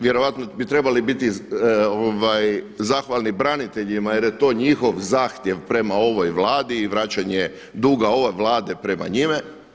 Vjerojatno bi trebali biti zahvalni branitelji jer je to njihov zahtjev prema ovoj Vladi i vraćanje duga ove Vlade prema njima.